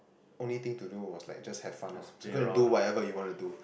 only thing to do was like just have fun orh so go and do whatever you want to do